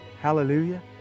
Hallelujah